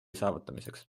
saavutamiseks